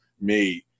made